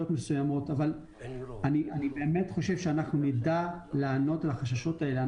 מסוימות אבל אני באמת חושב שאנחנו נדע לענות לחששות האלה.